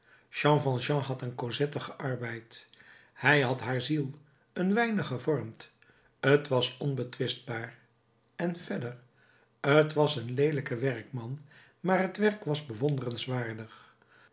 jean valjean had aan cosette gearbeid hij had haar ziel een weinig gevormd t was onbetwistbaar en verder t was een leelijke werkman maar het werk was bewonderenswaardig